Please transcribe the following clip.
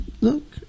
Look